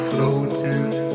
floating